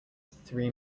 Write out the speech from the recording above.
three